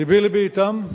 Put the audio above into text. לבי אתם.